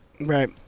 Right